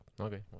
okay